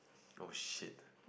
oh shit